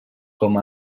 com